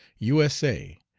u s a,